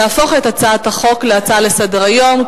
להפוך את הצעת החוק להצעה לסדר-היום,